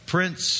Prince